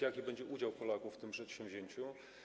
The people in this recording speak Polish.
Jaki będzie udział Polaków w tym przedsięwzięciu?